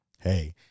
hey